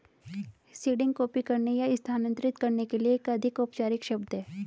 seeding copy करने या स्थानांतरित करने के लिए एक अधिक औपचारिक शब्द है